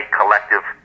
collective